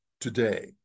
today